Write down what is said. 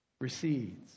recedes